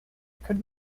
could